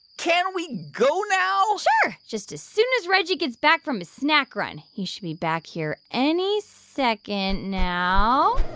can we go now? sure, just as soon as reggie gets back from his snack run. he should be back here any second now